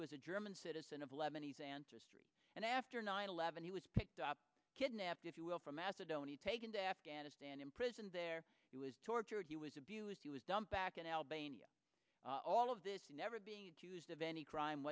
was a german citizen of lebanese ancestry and after nine eleven he was picked up kidnapped if you will from macedonia taken to afghanistan imprisoned there he was tortured he was abused he was dumped back in albania all of this never being accused of any crime